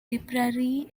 tipperary